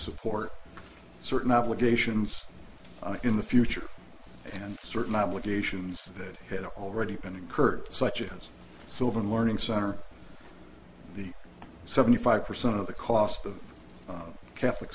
support certain obligations in the future and certain obligations that had already been incurred such as sylvan learning center the seventy five percent of the cost of catholic